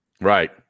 Right